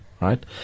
Right